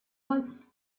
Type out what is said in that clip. life